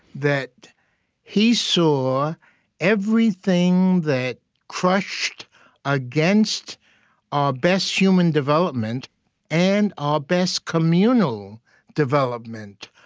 that he saw everything that crushed against our best human development and our best communal development,